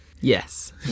Yes